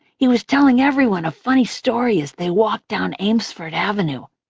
he was telling everyone a funny story as they walked down amesfort avenue.